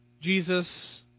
Jesus